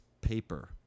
paper